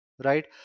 Right